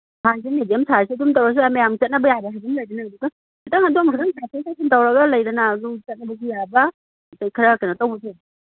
ꯁꯥꯏꯖꯁꯤ medium ꯁꯥꯏꯖꯇ ꯑꯗꯨꯝ ꯇꯧꯔꯁꯨ ꯌꯥꯏ ꯃꯌꯥꯝ ꯆꯠꯅꯕ ꯌꯥꯕ ꯍꯥꯏꯕ ꯑꯃ ꯂꯩꯗꯅ ꯈꯤꯇꯪ ꯑꯗꯣꯝꯅ ꯇꯥꯊꯣꯛ ꯇꯥꯁꯤꯟ ꯇꯧꯔꯒ ꯂꯩꯗꯅ ꯑꯗꯨꯝ ꯆꯠꯅꯕꯁꯨ ꯌꯥꯕ ꯑꯗꯩ ꯈꯔ ꯀꯩꯅꯣ ꯇꯧꯕꯁꯦ